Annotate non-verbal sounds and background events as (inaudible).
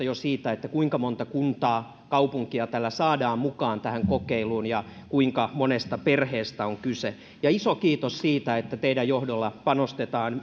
(unintelligible) jo käsitystä siitä kuinka monta kuntaa kaupunkia saadaan mukaan kokeiluun ja kuinka monesta perheestä on kyse ja iso kiitos siitä että teidän johdollanne panostetaan (unintelligible)